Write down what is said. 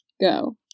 go